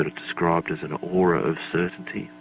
ah described as an aura of certainty,